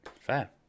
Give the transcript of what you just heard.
Fair